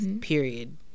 period